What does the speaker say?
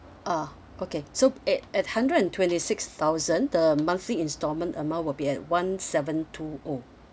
ah okay so at at hundred and twenty six thousand the monthly instalment amount will be at one seven two O